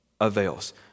avails